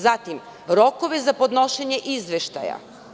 Zatim, rokove za podnošenje izveštaja.